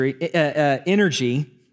energy